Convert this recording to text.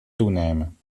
toenemen